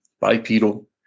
bipedal